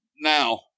now